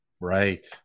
Right